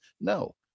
No